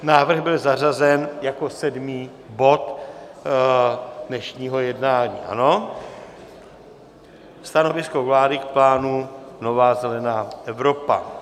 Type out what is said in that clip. Návrh byl zařazen jako sedmý bod dnešního jednání stanovisko vlády k plánu nová zelená Evropa.